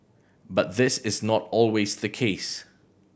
but this is not always the case